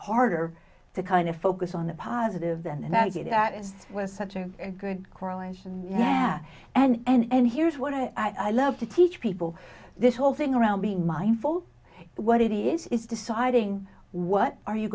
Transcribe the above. harder to kind of focus on the positive and negative that it was such a good growing and and here's what i love to teach people this whole thing around being mindful what it is is deciding what are you